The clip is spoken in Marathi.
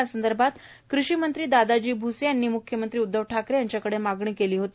यासंदर्भात कृषिमंत्री दादाजी भ्से यांनी म्ख्यमंत्री उद्धव ठाकरे यांच्याकडे मागणी केली होती